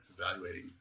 evaluating